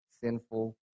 sinful